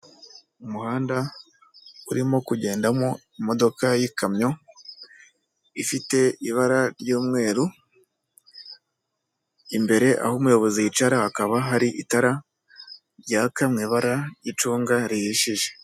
Umuhanda urimo kugendamo imodoka y'ikamyo ifite ibara ry'umweru, imbere aho umuyobozi yicara hakaba hari itara ryaka mu ibara ry'icunga rihishije.